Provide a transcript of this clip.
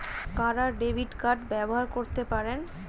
কারা debit card ব্যবহার করতে পারেন?